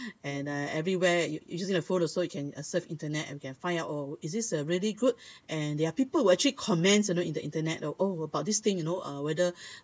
and everywhere you you just got phones you can uh surf internet and can find out oh is this a really good and there are people who actually comment you know in the internet oh about this thing you know uh whether